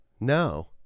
No